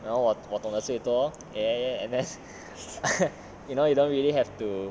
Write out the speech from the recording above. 然后我我懂得最多 eh eh and then you know you don't really have to